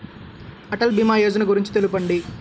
అటల్ భీమా యోజన గురించి తెలుపండి?